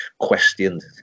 questioned